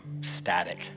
static